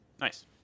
Nice